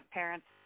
parents